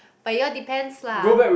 but it all depends lah